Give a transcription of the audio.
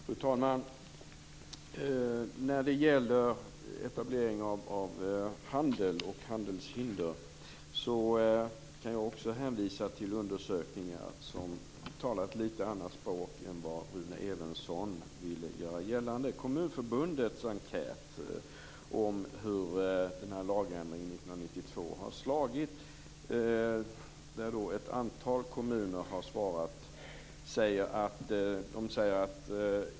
Fru talman! När det gäller etablering av handel och frågan om handelshinder kan jag också hänvisa till undersökningar. De talar ett litet annat språk än de som Rune Evensson ville göra gällande. Ett antal kommuner har svarat på Kommunförbundets enkät om hur lagändringen 1992 har slagit.